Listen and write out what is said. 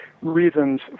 reasons